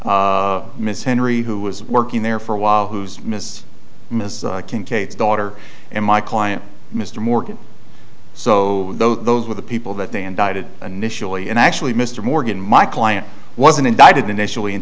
misandry who was working there for a while who's miss miss kincaid's daughter and my client mr morgan so though those were the people that they indicted initially and actually mr morgan my client wasn't indicted initially in